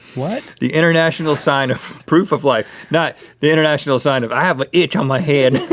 what? the international sign of. proof of life. not the international sign of i have an inch on my head.